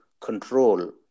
control